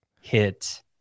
hit